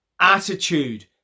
Attitude